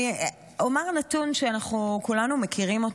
אני אומר נתון שאנחנו כולנו מכירים,